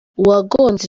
uwagonze